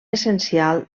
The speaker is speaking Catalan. essencial